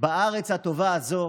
בארץ הטובה הזאת